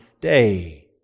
day